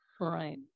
right